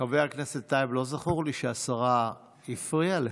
חבר הכנסת טייב, לא זכור לי שהשרה הפריעה לך.